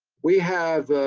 we have